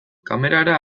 kamerara